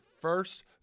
first